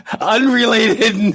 Unrelated